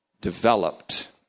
developed